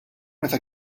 meta